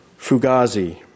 Fugazi